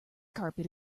carpet